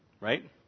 Right